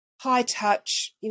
high-touch